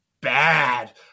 bad